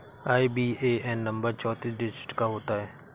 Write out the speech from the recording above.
IBAN number चौतीस digit का होता है